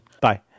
Bye